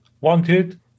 wanted